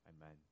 Amen